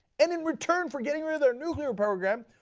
and in return for getting rid of their nuclear program,